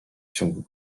ciągu